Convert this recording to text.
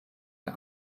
der